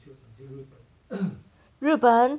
日本